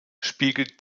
spiegelt